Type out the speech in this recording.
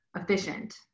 efficient